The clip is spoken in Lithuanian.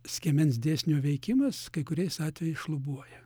skiemens dėsnio veikimas kai kuriais atvejais šlubuoja